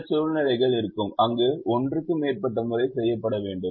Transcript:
சில சூழ்நிலைகள் இருக்கும் அங்கு ஒன்றுக்கு மேற்பட்ட முறை செய்யப்பட வேண்டும்